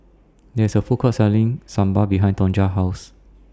There IS A Food Court Selling Sambar behind Tonja's House